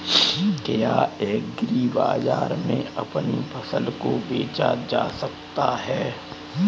क्या एग्रीबाजार में अपनी फसल को बेचा जा सकता है?